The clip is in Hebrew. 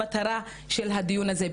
המטרה של הדיון הזה.